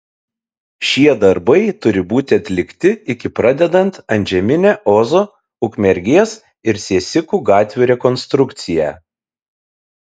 šie darbai turi būti atlikti iki pradedant antžeminę ozo ukmergės ir siesikų gatvių rekonstrukciją